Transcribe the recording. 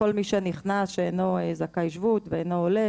כל מי שנכנס שאינו זכאי שבות ואינו עולה,